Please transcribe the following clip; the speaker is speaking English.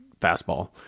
fastball